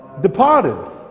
departed